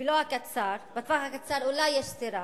לא הקצר, בטווח הקצר אולי יש סתירה,